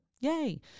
Yay